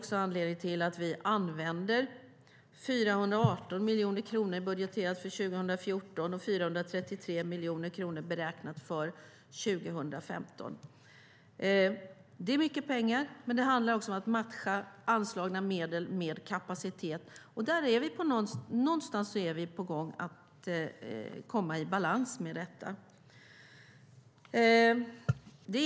Det är anledningen till att vi budgeterat 418 miljoner kronor för 2014 och räknar med att budgetera 433 miljoner kronor för 2015. Det är mycket pengar, men det handlar också om att matcha anslagna medel med kapacitet, och vi är på väg att komma i balans.